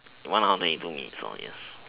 one hundred and two meters yes